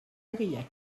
aurillac